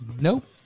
Nope